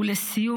ולסיום,